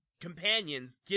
companions